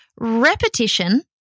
repetition